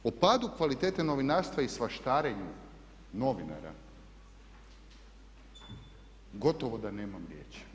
O padu kvalitete novinarstva i svaštarenju novinara gotovo da nemam riječi.